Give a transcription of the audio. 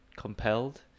compelled